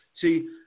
See